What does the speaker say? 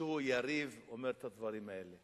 מישהו יריב אומר את הדברים האלה,